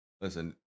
Listen